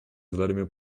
vladimir